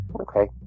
Okay